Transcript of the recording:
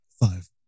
Five